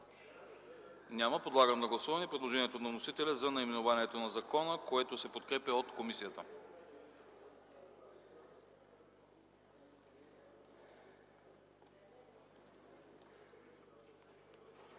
Няма. Подлагам на гласуване предложението на вносителя за наименованието на закона, подкрепено от комисията.